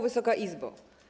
Wysoka Izbo!